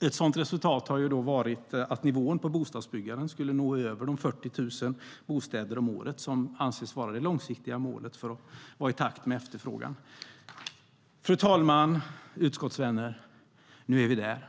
Ett sådant resultat har varit att nivån på bostadsbyggandet skulle nå över de 40 000 bostäder om året som anses vara det långsiktiga målet för att vara i takt med efterfrågan. Fru talman och utskottsvänner! Nu är vi där!